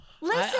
Listen